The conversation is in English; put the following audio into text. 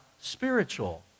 spiritual